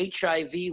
HIV